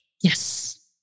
Yes